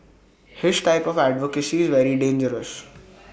his type of advocacy is very dangerous